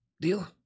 Deal